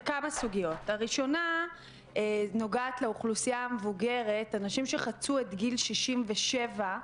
הראשונה נוגעת לאוכלוסייה המבוגרת אנשים שחצו את גיל 67,